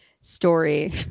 story